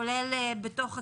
כולל בתוך הכיתות?